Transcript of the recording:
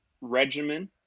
regimen